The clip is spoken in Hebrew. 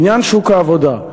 לעניין שוק העבודה,